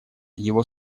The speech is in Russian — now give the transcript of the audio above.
его